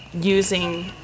using